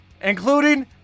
including